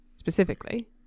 specifically